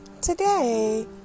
Today